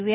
V